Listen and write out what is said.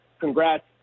congrats